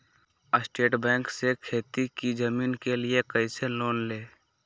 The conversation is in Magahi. स्टेट बैंक से खेती की जमीन के लिए कैसे लोन ले?